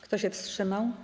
Kto się wstrzymał?